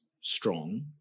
strong